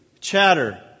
chatter